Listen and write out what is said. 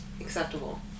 acceptable